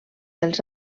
dels